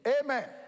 Amen